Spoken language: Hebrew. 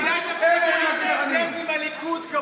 אולי תפסיקו להתקזז עם הליכוד קבוע?